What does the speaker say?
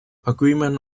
agreement